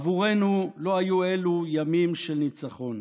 עבורנו לא היו אלו ימים של ניצחון.